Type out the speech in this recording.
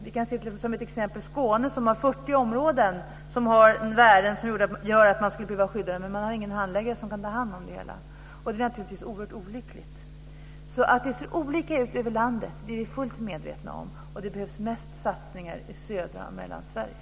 Vi kan t.ex. se på Skåne som har 40 områden som har värden som gör att de skulle behöva skyddas, men det finns ingen handläggare som kan ta hand om det hela. Detta är naturligtvis oerhört olyckligt. Det ser alltså olika ut över landet. Det är vi fullt medvetna om. Och det behövs mest satsningar i södra Sverige och i Mellansverige.